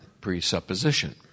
presupposition